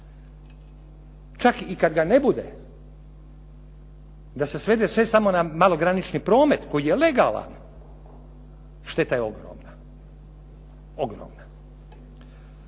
čak i kada ga ne bude, da se svede sve na malogranični promet koji je legalan, šteta je ogromna. Ovo